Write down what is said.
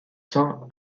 cents